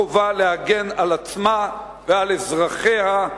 החובה להגן על עצמה ועל אזרחיה,